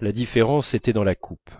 la différence était dans la coupe